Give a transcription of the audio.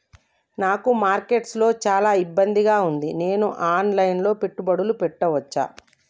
నాకు మార్కెట్స్ లో చాలా ఇబ్బందిగా ఉంది, నేను ఆన్ లైన్ లో పెట్టుబడులు పెట్టవచ్చా?